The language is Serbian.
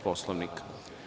Poslovnika?